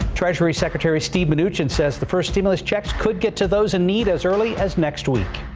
treasury secretary steve mnuchin says the first stimulus checks could get to those in need as early as next week.